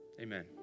Amen